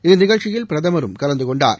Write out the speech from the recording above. இந்நிகழ்ச்சியில் பிரதமரும் கலந்து கொண்டார்